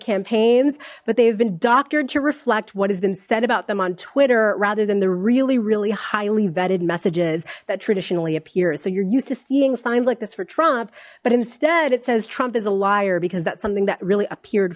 campaigns but they have been doctored to reflect what has been said about them on twitter rather than the really really highly vetted messages that traditionally appears so you're used to seeing sign like this for trump but instead it says trump is a liar because that's something that really appeared